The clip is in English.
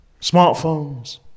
smartphones